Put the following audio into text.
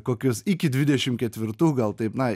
kokius iki dvidešim ketvirtų gal taip na